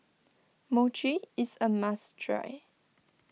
Mochi is a must try